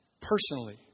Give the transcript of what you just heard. personally